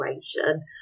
situation